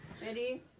Ready